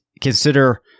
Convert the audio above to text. consider –